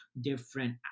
different